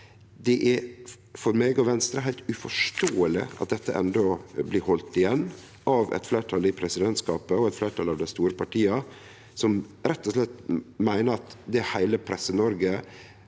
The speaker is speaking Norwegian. Det er for meg og Venstre heilt uforståeleg at dette enno blir halde igjen av eit fleirtal i presidentskapet og eit fleirtal av dei store partia, som rett og slett meiner at det som heile PresseNoreg,